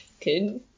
good